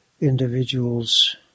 individuals